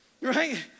Right